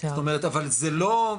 זאת אומרת אבל זה לא,